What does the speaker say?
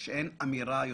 במחילה,